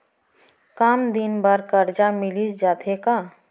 कम दिन बर करजा मिलिस जाथे का?